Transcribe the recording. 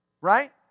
Right